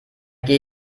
gehe